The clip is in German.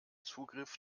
zugriff